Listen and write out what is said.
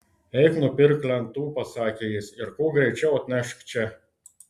eik nupirk lentų pasakė jis ir kuo greičiau atnešk čia